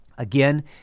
Again